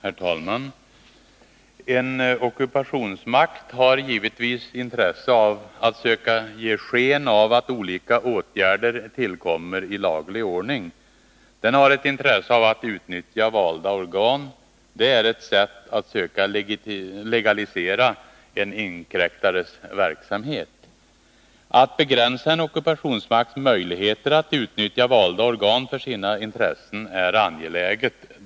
Herr talman! En ockupationsmakt har givetvis intresse av att söka ge sken av att olika åtgärder tillkommer i laglig ordning. Den har ett intresse av att utnyttja valda organ. Det är ett sätt att söka legalisera en inkräktares verksamhet. Att begränsa en ockupationsmakts möjligheter att utnyttja valda organ för sina intressen är angeläget.